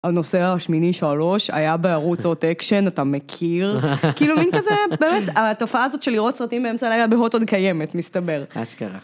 הנוסע השמיני שלוש, היה בערוץ הוט אקשן, אתה מכיר? כאילו מין כזה, באמת התופעה הזאת של לראות סרטים באמצע הלילה בהוט עוד קיימת, מסתבר. אשכרה.